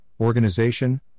organization